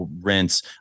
rinse